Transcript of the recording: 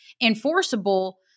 enforceable